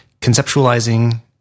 conceptualizing